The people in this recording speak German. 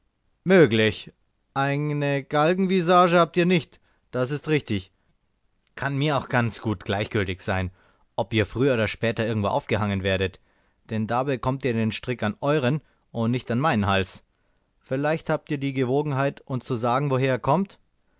möglich eine galgenvisage habt ihr nicht das ist richtig kann mir auch ganz gleichgültig sein ob ihr früher oder später irgendwo aufgehangen werdet denn da bekommt ihr den strick an euern und nicht an meinen hals vielleicht habt ihr die gewogenheit uns zu sagen woher ihr kommt